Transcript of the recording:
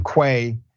Quay